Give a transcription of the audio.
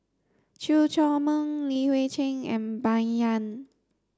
Chew Chor Meng Li Hui Cheng and Bai Yan